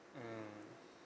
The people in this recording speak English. mmhmm